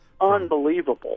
Unbelievable